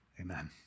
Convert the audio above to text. Amen